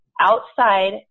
outside